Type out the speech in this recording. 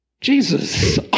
Jesus